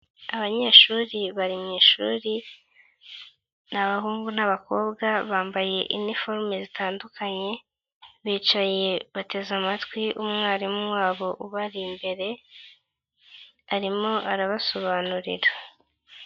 Abanyeshuri bari mu ishuri ni abahungu n'abakobwa bambaye iniforume zitandukanye, bicaye bateze amatwi umwarimu wabo ubari imbere arimo arabasobanurira.